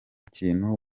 kintu